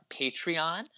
Patreon